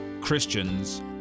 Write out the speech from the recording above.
Christians